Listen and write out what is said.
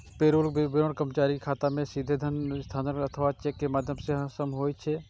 payroll के वितरण कर्मचारी के खाता मे सीधे धन हस्तांतरण अथवा चेक के माध्यम सं होइ छै